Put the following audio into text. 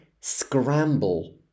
scramble